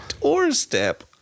doorstep